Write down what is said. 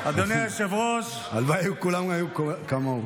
הלוואי שכולם היו כמוהו.